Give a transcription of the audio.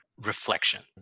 reflection